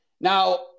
Now